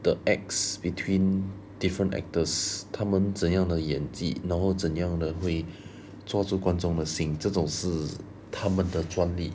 the acts between different actors 他们怎么样的演技然后怎么样的会抓住观众的心这种是他们的传力